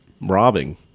robbing